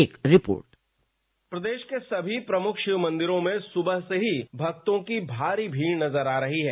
एक रिपोर्ट प्रदेश के सभी प्रमुख शिव मंदिरों में सुबह से ही भक्तों की भारी भीड़ नजर आ रही है